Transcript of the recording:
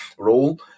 role